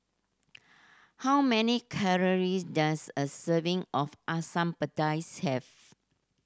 how many calory does a serving of Asam Pedas have